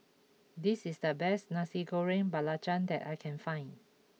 this is the best Nasi Goreng Belacan that I can find